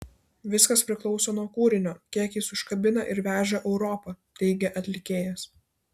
viskas priklauso nuo kūrinio kiek jis užkabina ir veža europa teigė atlikėjas